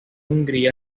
hungría